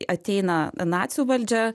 ateina nacių valdžia